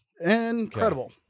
Incredible